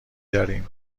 داریم